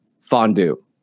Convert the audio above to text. fondue